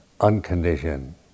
unconditioned